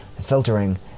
filtering